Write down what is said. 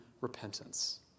repentance